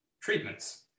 treatments